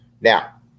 Now